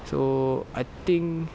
so I think